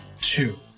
two